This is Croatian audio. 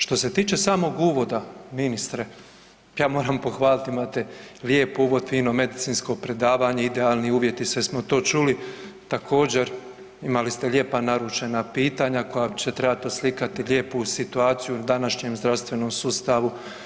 Što se tiče samog uvoda ministre ja moram pohvalit imate lijep uvod, fino medicinsko predavanje, idealni uvjeti, sve smo to čuli, također imali ste lijepa naručena pitanja koja će trebat oslikati lijepu situaciju u današnjem zdravstvenom sustavu.